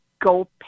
go